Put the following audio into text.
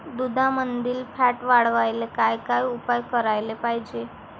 दुधामंदील फॅट वाढवायले काय काय उपाय करायले पाहिजे?